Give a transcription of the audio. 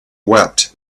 wept